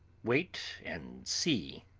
wait and see.